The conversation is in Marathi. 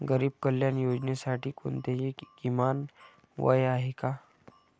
गरीब कल्याण योजनेसाठी कोणतेही किमान वय आहे का?